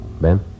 Ben